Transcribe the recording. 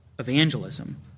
Evangelism